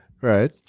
right